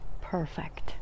perfect